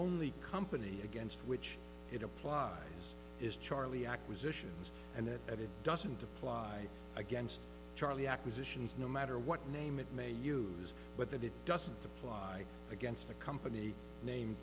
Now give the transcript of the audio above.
only company against which it applies is charlie acquisitions and that it doesn't apply against charlie acquisitions no matter what name it may use but that it doesn't apply against a company named